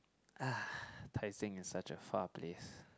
uh Tai-Seng is such a far place